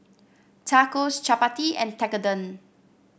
Tacos Chapati and Tekkadon